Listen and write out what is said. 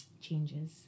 changes